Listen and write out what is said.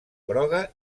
groga